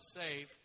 safe